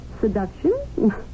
Seduction